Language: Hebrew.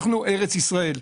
אנחנו ארץ ישראל.